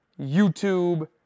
YouTube